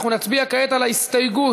אנחנו נצביע כעת על ההסתייגות